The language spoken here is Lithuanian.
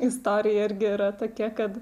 istorija irgi yra tokia kad